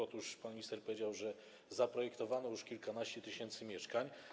Otóż pan minister powiedział, że zaprojektowano już kilkanaście tysięcy mieszkań.